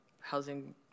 housing